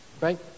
Right